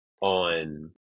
on